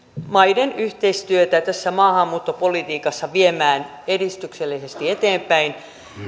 maiden yhteistyötä tässä maahanmuuttopolitiikassa viemään edistyksellisesti eteenpäin